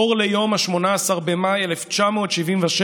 אור ליום 18 במאי 1977,